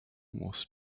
was